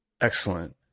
excellent